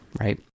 right